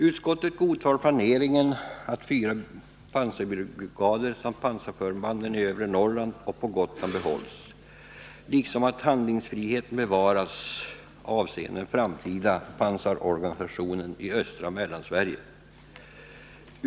Utskottet godtar planeringen att fyra pansarbrigader samt pansarförbanden i Övre Norrlands militärområde och på Gotland behålls liksom att handlingsfrihet bevaras avseende den framtida pansarorganisationen i östra Mellansverige.